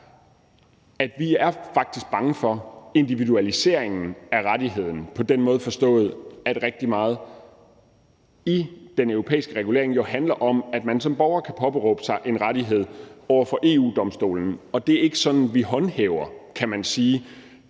gå. Vi er faktisk bange for individualiseringen af rettigheden forstået på den måde, at rigtig meget i den europæiske regulering jo handler om, at man som borger kan påberåbe sig en rettighed over for EU-Domstolen, og det er ikke sådan, vi håndterer, kan man sige,